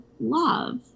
love